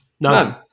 None